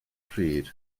pryd